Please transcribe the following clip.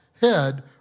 head